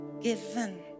given